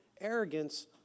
arrogance